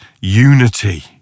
unity